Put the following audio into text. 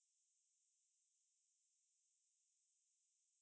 ya it is it's unhealthy so how they got popular was by